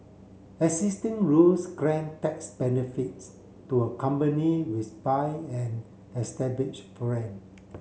existing rules grant tax benefits to a company which buy an established brand